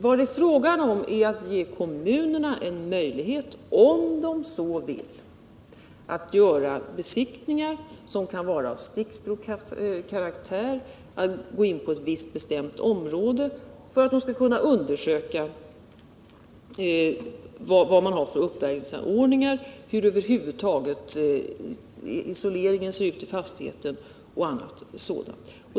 Vad det gäller är att ge kommunerna en möjlighet, om de så vill, att göra besiktningar, som kan vara av stickprovskaraktär eller beröra ett visst område, för att få kännedom om vilka uppvärmningsanordningar som finns, hur isoleringen över huvud taget ser ut i fastigheten och liknande.